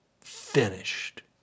finished